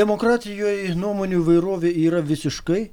demokratijoj nuomonių įvairovė yra visiškai